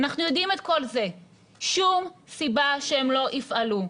אנחנו יודעים את כל זה, שום סיבה שהם לא יפעלו.